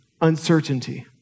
uncertainty